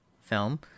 film